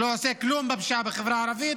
שלא עושה כלום נגד הפשיעה בחברה הערבית